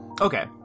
okay